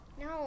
No